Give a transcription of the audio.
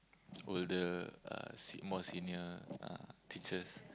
older uh se~ more senior uh teachers